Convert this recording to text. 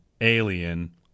alien